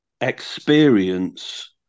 experience